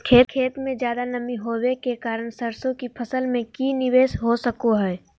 खेत में ज्यादा नमी होबे के कारण सरसों की फसल में की निवेस हो सको हय?